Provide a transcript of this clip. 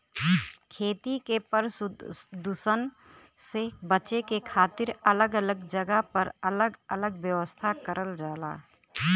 खेती के परदुसन से बचे के खातिर अलग अलग जगह पर अलग अलग व्यवस्था करल जाला